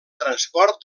transport